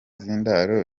z’indaro